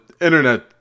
internet